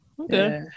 Okay